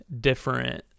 different